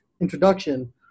introduction